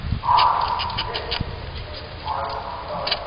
mars? moon. this is moon, mars, oh my god.